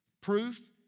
Proof